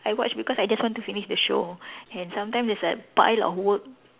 I watch because I just want to finish the show and sometimes there's a pile of work